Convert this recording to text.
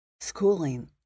schooling